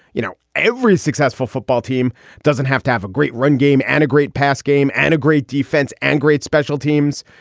you know, every successful football team doesn't have to have a great run game and a great pass game and a great defense and great special teams.